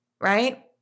right